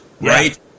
right